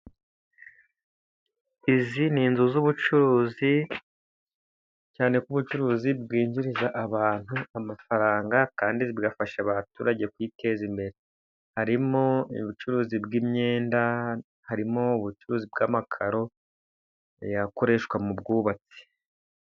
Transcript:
Izi ni inzu z'ubucuruzi, cyane ko ubucuruzi bwinjiriza abantu amafaranga kandi zigafasha abaturage, kwiteza imbere harimo ubucuruzi bw'imyenda, harimo ubucuruzi bw'amakaro akoreshwa mu bwubatsi.